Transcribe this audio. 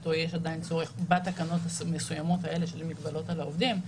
שלשיטתו יש עדיין צורך בתקנות המסוימות האלה של מגבלות על העובדים,